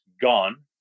gone